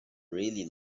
really